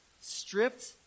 stripped